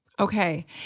Okay